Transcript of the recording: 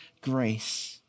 grace